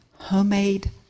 Homemade